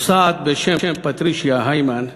נוסעת בשם פטרישיה היימן,